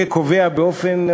וקובע באופן,